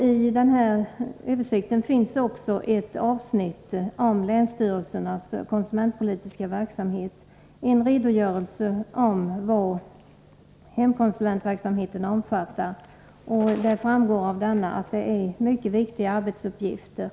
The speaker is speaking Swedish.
I denna översikt finns det också ett avsnitt om länsstyrelsernas konsumentpolitiska verksamhet, en redogörelse av vad hemkonsulentverksamheten omfattar. Det framgår av denna att det gäller mycket viktiga arbetsuppgifter.